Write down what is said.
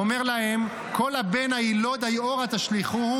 אומר להן: "כל הבן הילוד היארה תשליכהו"